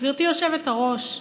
גברתי היושבת-ראש,